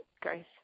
Grace